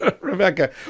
Rebecca